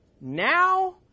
now